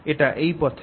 এটা এই পথে